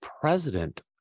president